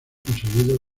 conseguido